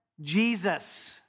Jesus